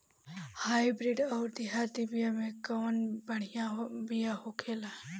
Hybrid अउर देहाती बिया मे कउन बढ़िया बिया होखेला?